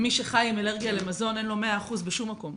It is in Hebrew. מי שחי עם אלרגיה למזון, אין לו 100% בשום מקום.